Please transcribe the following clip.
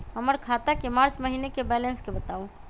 हमर खाता के मार्च महीने के बैलेंस के बताऊ?